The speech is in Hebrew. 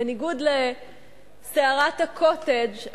בניגוד לסערת ה"קוטג'",